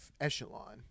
echelon